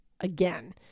again